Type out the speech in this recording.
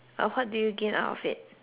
of it